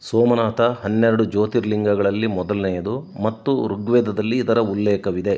ಸೋಮನಾಥ ಹನ್ನೆರಡು ಜ್ಯೋತಿರ್ಲಿಂಗಗಳಲ್ಲಿ ಮೊದಲನೆಯದು ಮತ್ತು ಋಗ್ವೇದದಲ್ಲಿ ಇದರ ಉಲ್ಲೇಖವಿದೆ